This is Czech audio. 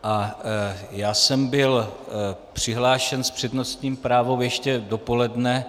A já jsem byl přihlášen s přednostním právem ještě dopoledne.